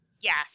Yes